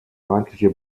feindliche